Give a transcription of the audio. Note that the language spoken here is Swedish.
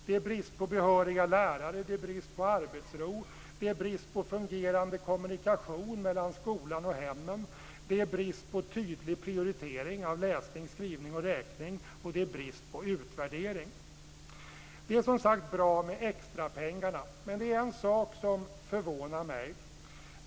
Det är brist på behöriga lärare, brist på arbetsro, brist på fungerande kommunikation mellan skolan och hemmen, brist på tydlig prioritering av läsning, skrivning och räkning och brist på utvärdering. Det är som sagt bra med extrapengarna. Men det är en sak som förvånar mig.